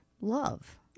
love